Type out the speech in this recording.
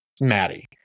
Maddie